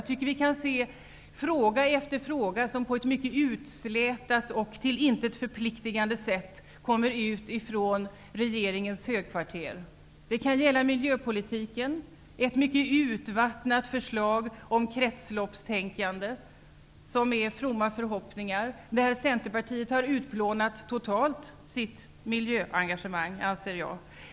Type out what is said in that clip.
Det syns i de mycket utslätade och till intet förpliktigande förslag som i fråga efter fråga kommer från regeringens högkvarter. Inom miljöpolitiken har det kommit ett mycket urvattnat förslag om kretsloppstänkande, som utgörs av fromma förhoppningar. Jag anser att Centerpartiet totalt har utplånat sitt miljöengagemang.